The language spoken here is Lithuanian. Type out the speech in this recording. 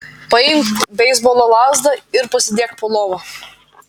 paimk beisbolo lazdą ir pasidėk po lova